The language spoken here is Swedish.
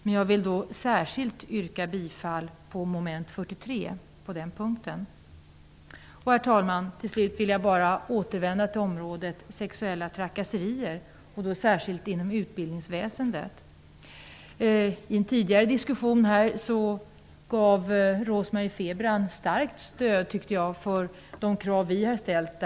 Men jag vill särskilt yrka bifall till mom. 43 på denna punkt. Herr talman! Slutligen vill jag bara återgå till ämnet sexuella trakasserier, särskilt inom utbildningsväsendet. I en tidigare diskussion uppfattade jag att Rose-Marie Frebran gav starkt stöd för våra krav.